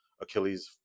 achilles